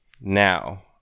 Now